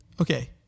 Okay